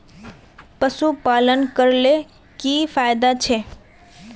पशुपालन करले की की फायदा छे?